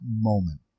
moment